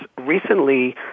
Recently